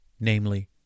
namely